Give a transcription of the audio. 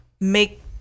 make